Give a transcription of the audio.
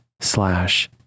slash